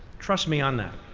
trust me on that.